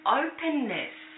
openness